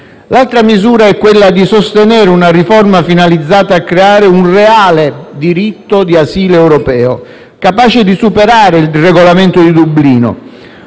L'altra misura è quella di sostenere una riforma finalizzata a creare un reale diritto di asilo europeo capace di superare il Regolamento di Dublino: